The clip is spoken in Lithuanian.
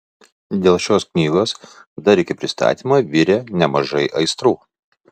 dėl šios knygos dar iki pristatymo virė nemažai aistrų